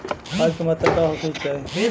खाध के मात्रा का होखे के चाही?